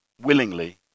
willingly